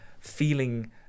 feeling